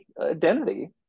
identity